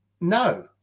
no